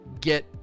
get